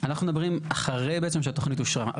אנחנו מדברים אחרי בעצם שהתוכנית אושרה.